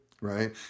right